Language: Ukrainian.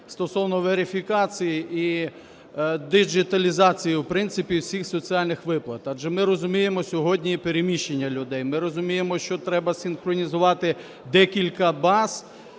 стосовно верифікації і діджиталізації, в принципі, всіх соціальних виплат, адже ми розуміємо сьогодні переміщення людей, ми розуміємо, що треба синхронізувати декілька баз